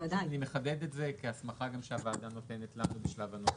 אני מחדד את זה כהסמכה שהוועדה נותנת לנו בשלב הנוסח.